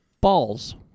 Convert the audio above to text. Balls